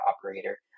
operator